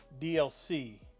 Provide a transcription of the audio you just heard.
dlc